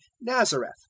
Nazareth